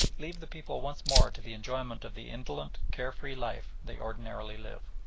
leave the people once more to the enjoyment of the indolent, care-free life they ordinarily live.